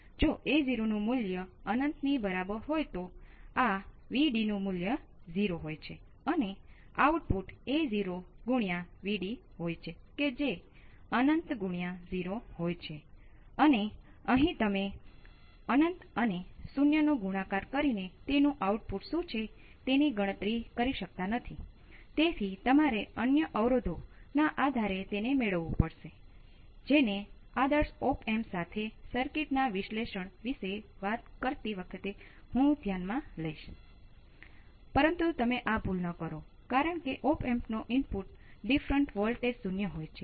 તેથી રેજિસ્ટન્સ મૂલ્ય પર પણ આધાર રાખે છે એવી કેટલીક સંભાવનાઓ પણ ત્યાં હોય છે